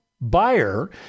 buyer